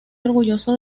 orgulloso